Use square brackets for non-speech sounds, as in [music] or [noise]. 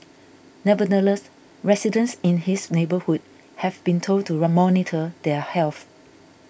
nevertheless residents in his neighbourhood have been told to [unintelligible] monitor their health